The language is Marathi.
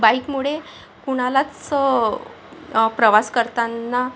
बाईकमुळे कुणालाच प्रवास करताना